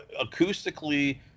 acoustically